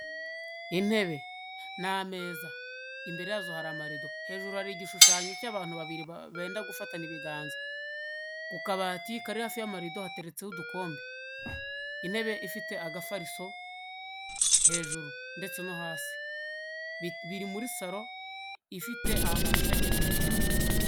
Intebe n'ameza, imbere yazo hari amarido. Hejuru hari igishushanyo cy'abantu babiri benda gufatana ibiganza. Ku kabati kari hafi y'amarido hateretseho udukombe. Intebe ifite agafariso hejuru ndetse no hasi. Biri muri saro ifite ahantu hashashagirana cyane.